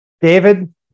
David